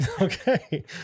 Okay